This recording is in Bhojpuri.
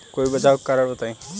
कोई बचाव के कारण बताई?